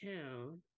town